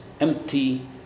empty